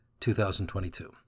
2022